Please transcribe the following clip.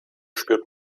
spürt